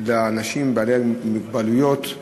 לאנשים בעלי מוגבלויות,